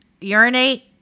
urinate